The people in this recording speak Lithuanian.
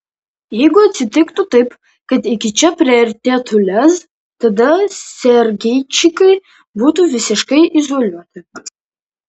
jeigu atsitiktų taip kad iki čia priartėtų lez tada sergeičikai būtų visiškai izoliuoti